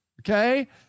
okay